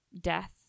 death